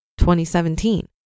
2017